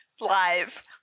Live